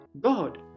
God